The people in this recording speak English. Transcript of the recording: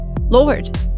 Lord